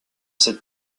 cette